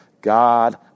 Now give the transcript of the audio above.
God